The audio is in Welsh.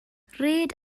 rhed